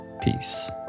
Peace